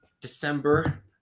December